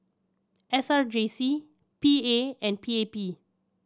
S R J C P A and P A P